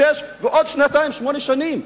שש שנים,